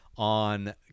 on